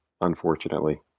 unfortunately